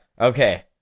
Okay